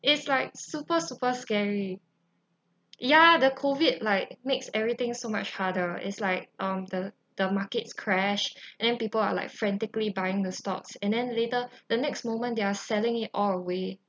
it's like super super scary ya the COVID like makes everything so much harder is like um the the markets crash and people are like frantically buying the stocks and then later the next moment they are selling it all away